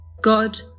God